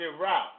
route